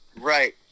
Right